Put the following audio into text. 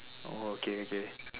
oh okay okay